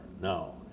No